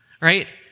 right